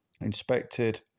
Inspected